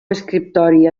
escriptori